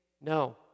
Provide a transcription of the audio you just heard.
no